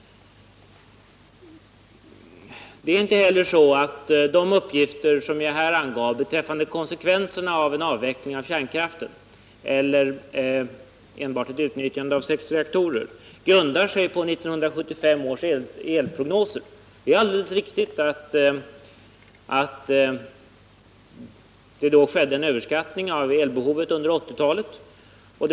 Det är heller inte så att de uppgifter jag lämnade angående konsekvenserna av en avveckling av kärnkraften eller att man utnyttjar enbart sex reaktorer grundar sig på 1975 års elprognoser. Det är alldeles riktigt att man då överskattade elbehovet under 1980-talet.